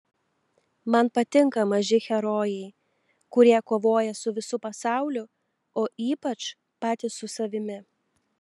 man patinka maži herojai kurie kovoja su visu pasauliu o ypač patys su savimi